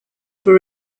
were